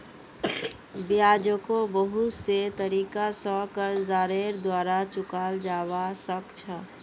ब्याजको बहुत से तरीका स कर्जदारेर द्वारा चुकाल जबा सक छ